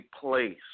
place